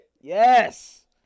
Yes